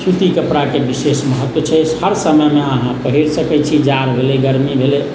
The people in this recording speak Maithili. सूती कपड़ाके विशेष महत्व छै हर समयमे अहाँ पहिर सकैत छी जाढ़ भेलै गर्मी भेलै